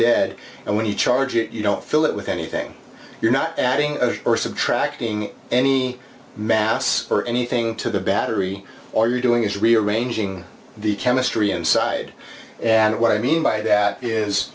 dead and when you charge it you don't fill it with anything you're not adding or subtracting any mass or anything into the battery or you're doing is rearranging the chemistry inside and what i mean by that is